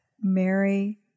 Mary